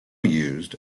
used